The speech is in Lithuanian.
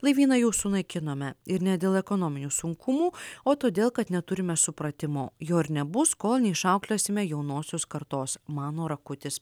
laivyną jau sunaikinome ir ne dėl ekonominių sunkumų o todėl kad neturime supratimo jo ir nebus kol neišauklėsime jaunosios kartos mano rakutis